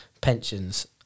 pensions